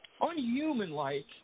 unhuman-like